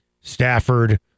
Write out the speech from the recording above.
Stafford